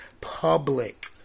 public